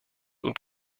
und